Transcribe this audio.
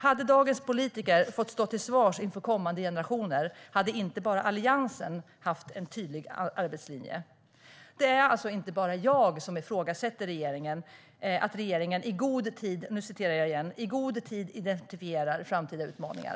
Hade dagens politiker fått stå till svars inför kommande generation hade inte bara Alliansen haft en tydlig arbetslinje. Det är alltså inte bara jag som ifrågasätter att regeringen "i god tid identifierar framtida utmaningar".